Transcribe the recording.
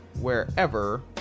wherever